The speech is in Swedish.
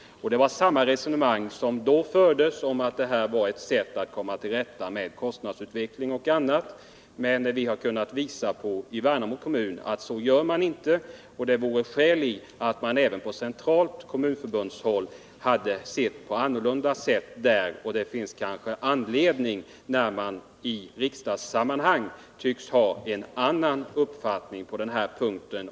Resonemanget gick ut på att det var ett sätt att komma till rätta med exempelvis kostnadsutvecklingen. Men vi har i Värnamo kommun kunnat visa på att så inte var fallet. Det finns skäl att påstå att man även centralt inom Kommunförbundet borde ha sett frågan ur en annan synvinkel.